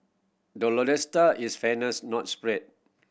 the lodestar is fairness not speed